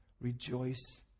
rejoice